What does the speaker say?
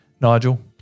Nigel